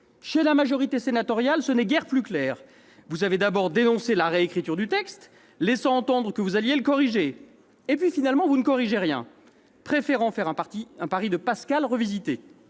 de la majorité sénatoriale, ce n'est guère plus clair. Chers collègues, vous avez d'abord dénoncé la réécriture du texte, en laissant entendre que vous alliez le corriger. Finalement, vous ne corrigez rien, préférant faire un pari de Pascal revisité.